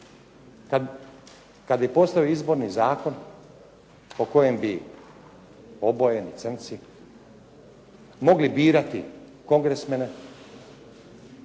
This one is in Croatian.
kad bi postojao izborni zakon po kojem bi obojeni crnci mogli birati kongresmene